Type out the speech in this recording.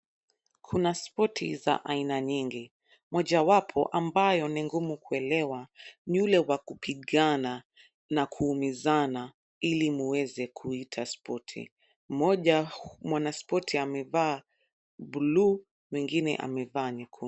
Kuna spoti za aina nyingi. Moja ambayo ni ngumu kuelewa ni ule ya kupigana na kuumiza ili muweze kuiita spoti. Mmoja mwanaspoti amevaa buluu mwingine amevaa nyekundu.